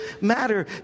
matter